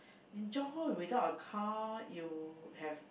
in Johor without a car you have